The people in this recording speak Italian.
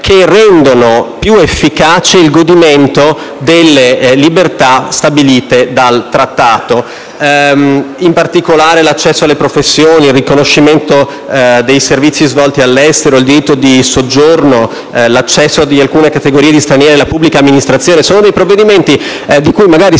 che rendono più efficace il godimento delle libertà stabilite dal Trattato, in particolare l'accesso alle professioni, il riconoscimento dei servizi svolti all'estero, il diritto di soggiorno, l'accesso di alcune categorie di stranieri alla pubblica amministrazione. Sono dei provvedimenti di cui magari si parla